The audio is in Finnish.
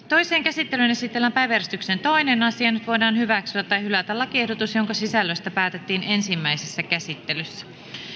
toiseen käsittelyyn esitellään päiväjärjestyksen toinen asia nyt voidaan hyväksyä tai hylätä lakiehdotus jonka sisällöstä päätettiin ensimmäisessä käsittelyssä